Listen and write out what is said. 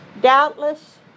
Doubtless